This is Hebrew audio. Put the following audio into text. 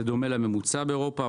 זה דומה לממוצע באירופה,